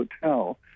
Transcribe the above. Hotel